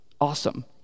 awesome